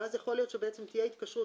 .יכול להיות שתהיה התקשרות.